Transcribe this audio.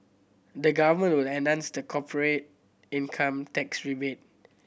the Government will enhance the corporate income tax rebate